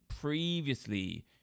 previously